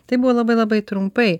tai buvo labai labai trumpai